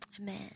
Amen